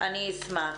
אני אשמח.